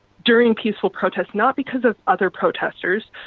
during peaceful protest, not because of other protesters,